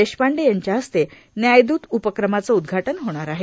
देशपांडे यांच्या हस्ते न्यायदूत उपक्रमाचे उदघाटन होणार आहे